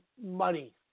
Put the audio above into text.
money